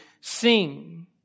sing